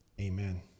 amen